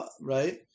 right